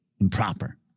improper